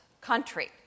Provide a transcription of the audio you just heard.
country